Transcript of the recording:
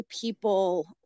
people